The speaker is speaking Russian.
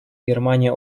германии